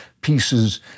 pieces